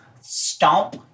stomp